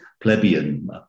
plebeian